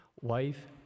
wife